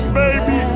baby